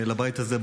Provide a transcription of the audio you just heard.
לבית הזה,